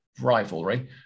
rivalry